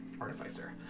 artificer